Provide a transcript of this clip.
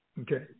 Okay